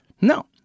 No